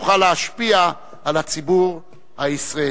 שתוכל להשפיע על הציבור הישראלי.